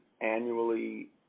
annually